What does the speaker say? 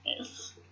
Yes